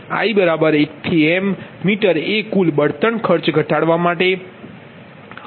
i12m metre એ કુલ બળતણ ખર્ચ ઘટાડવા માટે